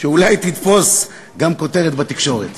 שאולי תתפוס גם כותרת בתקשורת.